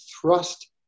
thrust